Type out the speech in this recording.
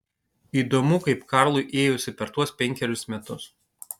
įdomu kaip karlui ėjosi per tuos penkerius metus